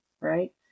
right